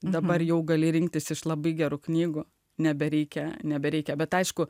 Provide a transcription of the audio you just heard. dabar jau gali rinktis iš labai gerų knygų nebereikia nebereikia bet aišku